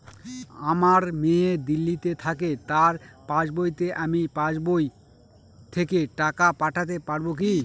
আমার মেয়ে দিল্লীতে থাকে তার পাসবইতে আমি পাসবই থেকে টাকা পাঠাতে পারব কি?